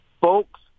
Folks